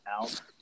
out